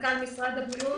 מנכ"ל משרד הבריאות,